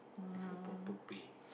with a proper pay